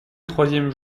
troisième